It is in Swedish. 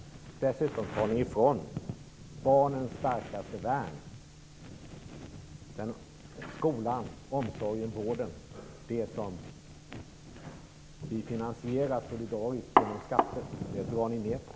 Dessutom tar ni ifrån barnen deras starkaste värn - skolan, omsorgen och vården - som vi finansierar solidariskt genom skatter. Det drar ni ned på.